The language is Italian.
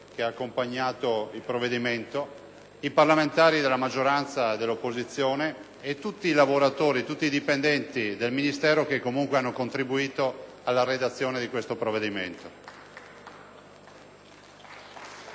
che ha accompagnato il provvedimento, i parlamentari della maggioranza e dell'opposizione e tutti i lavoratori e dipendenti del Ministero che hanno contribuito alla redazione di questo provvedimento.